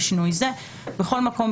בשינוי זה: בכל מקום,